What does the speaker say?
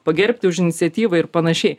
pagerbti už iniciatyvą ir panašiai